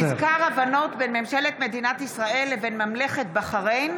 מזכר ההבנות בין ממשלת מדינת ישראל לבין ממלכת בחריין